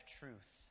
truth